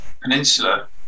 peninsula